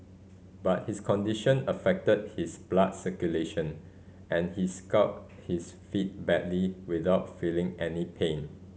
but his condition affected his blood circulation and he scalded his feet badly without feeling any pain